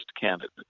candidate